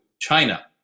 China